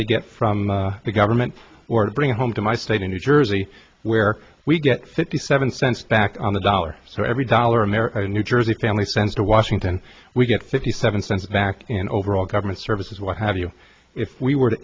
they get from the government or bring home to my state in new jersey where we get fifty seven cents back on the dollar so every dollar america new jersey family sent to washington we get fifty seven cents back in overall government services what have you if we were to